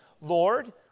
Lord